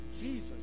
Jesus